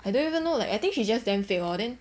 I don't even know like I think she just damn fake lor then